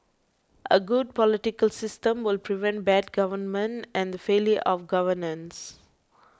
a good political system will prevent bad government and the failure of governance